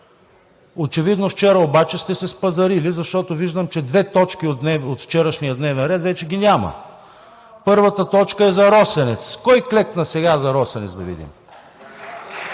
Очевидно вчера обаче сте се спазарили, защото виждам, че две точки от вчерашния дневен ред вече ги няма. Първата точка е за „Росенец“. Да видим кой клекна сега за „Росенец“, първо.